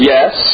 Yes